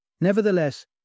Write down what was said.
Nevertheless